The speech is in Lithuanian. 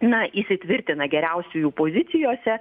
na įsitvirtina geriausiųjų pozicijose